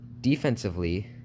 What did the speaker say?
Defensively